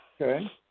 Okay